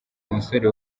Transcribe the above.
umusore